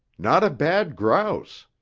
not a bad grouse.